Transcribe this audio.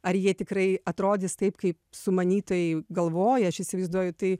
ar jie tikrai atrodys taip kaip sumanytojai galvoja aš įsivaizduoju tai